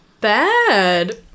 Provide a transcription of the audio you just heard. bad